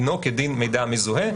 דינו כדין מידע מזוהה,